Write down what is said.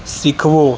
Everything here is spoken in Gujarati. શીખવું